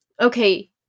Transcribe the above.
okay